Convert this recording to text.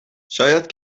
شاید